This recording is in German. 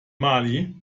mali